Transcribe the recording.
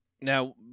Now